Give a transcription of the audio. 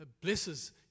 blesses